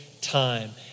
time